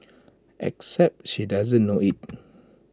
except she doesn't know IT